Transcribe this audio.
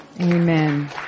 Amen